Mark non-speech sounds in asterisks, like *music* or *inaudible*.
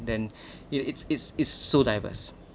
then *breath* it's it's is so diverse